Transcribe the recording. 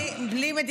היא סיימה את זמנה.